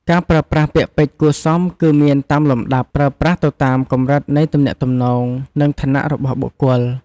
ការប្រើប្រាស់ពាក្យពេចន៍គួរសមគឺមានតាមលំដាប់ប្រើប្រាស់ទៅតាមកម្រិតនៃទំនាក់ទំនង និងឋានៈរបស់បុគ្គល។